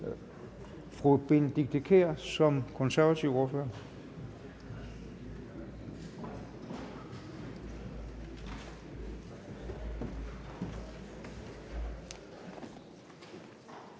Fru Benedikte Kiær som konservativ ordfører.